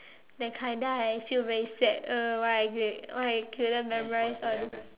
that kind then I feel very sad uh why I c~ why I couldn't memorize [one]